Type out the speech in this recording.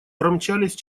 промчались